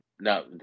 No